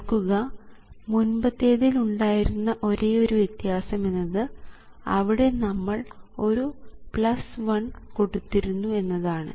ഓർക്കുക മുൻപത്തെതിൽ ഉണ്ടായിരുന്ന ഒരേയൊരു വ്യത്യാസം എന്നത് അവിടെ നമ്മൾ ഒരു 1 കൊടുത്തിരുന്നു എന്നതാണ്